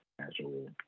casual